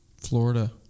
Florida